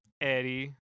Eddie